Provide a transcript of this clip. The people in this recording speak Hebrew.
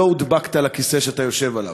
לא הודבקת לכיסא שאתה יושב עליו.